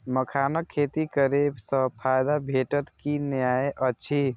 मखानक खेती करे स फायदा भेटत की नै अछि?